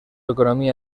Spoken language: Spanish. economía